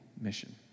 mission